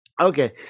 Okay